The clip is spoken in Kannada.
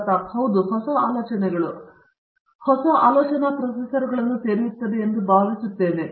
ಪ್ರತಾಪ್ ಹರಿಡೋಸ್ ಹೌದು ಅದು ಹೊಸ ಆಲೋಚನೆಗಳು ಹೊಸ ಆಲೋಚನಾ ಪ್ರೊಸೆಸರ್ಗಳನ್ನು ತೆರೆಯುತ್ತದೆ ಎಂದು ನಾನು ಭಾವಿಸುತ್ತೇನೆ